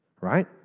Right